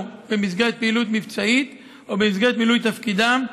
במסגרת פעילות מבצעית או במסגרת מילוי תפקידם,